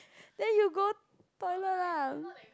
then you go toilet lah